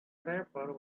skyscraper